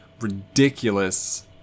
ridiculous